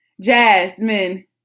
Jasmine